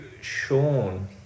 Sean